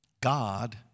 God